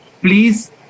please